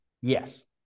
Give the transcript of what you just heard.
Yes